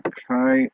Okay